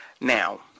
Now